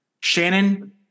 Shannon